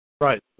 Right